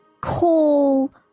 call